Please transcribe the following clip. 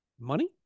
money